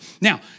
Now